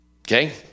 Okay